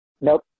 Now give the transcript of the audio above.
Nope